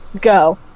go